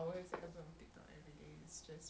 mm same T_B_H